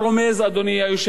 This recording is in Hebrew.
אדוני היושב-ראש,